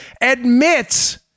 admits